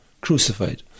crucified